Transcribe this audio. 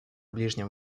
ближнем